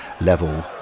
level